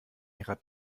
ihrer